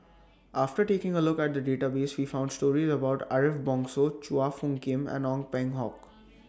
after taking A Look At The Database We found stories about Ariff Bongso Chua Phung Kim and Ong Peng Hock